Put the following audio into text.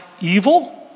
evil